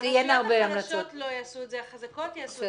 הרשויות החלשות לא יעשו את זה, החזקות יעשו.